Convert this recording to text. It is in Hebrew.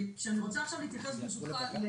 אני רוצה עכשיו להתייחס, ברשותך,